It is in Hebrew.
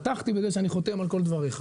פתחתי בזה שאני חותם על כל דבריך.